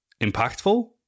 impactful